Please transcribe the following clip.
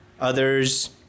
others